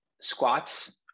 squats